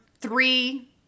three